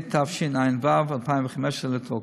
התשע"ו 2015, לתוקף.